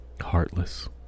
heartless